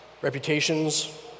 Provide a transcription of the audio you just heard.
reputations